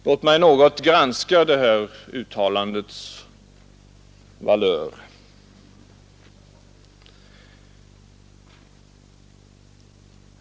Låt mig något granska det här uttalandets valör.